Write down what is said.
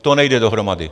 To nejde dohromady.